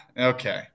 okay